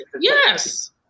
Yes